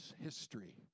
history